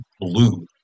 blue